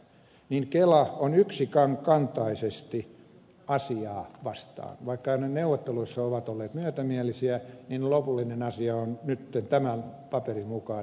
kela on yksikantaisesti asiaa vastaan vaikka aina neuvotteluissa ovat olleet myötämielisiä lopullinen asia on nyt tämän paperin mukaan selvästi kielteinen